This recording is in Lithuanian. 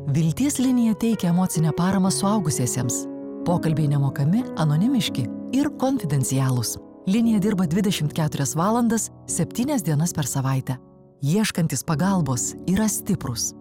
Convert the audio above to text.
vilties linija teikia emocinę paramą suaugusiesiems pokalbiai nemokami anonimiški ir konfidencialūs linija dirba dvidešimt keturias valandas septynias dienas per savaitę ieškantys pagalbos yra stiprūs